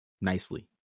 nicely